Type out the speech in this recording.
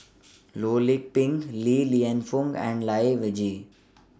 Loh Lik Peng Li Lienfung and Lai Weijie